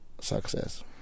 success